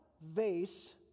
vase